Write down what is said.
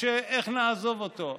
משה, איך נעזוב אותו?